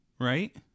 right